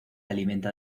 alimenta